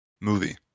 movie